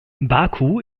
baku